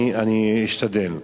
אני אשתדל.